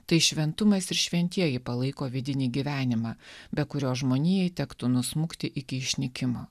tai šventumas ir šventieji palaiko vidinį gyvenimą be kurio žmonijai tektų nusmukti iki išnykimo